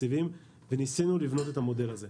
התקציבים ישבנו וניסינו לבנות את המודל הזה,